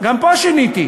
גם פה שיניתי,